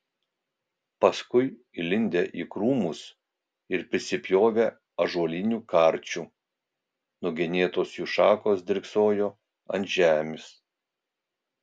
paskui įlindę į krūmus ir prisipjovę ąžuolinių karčių nugenėtos jų šakos dryksojo ant žemės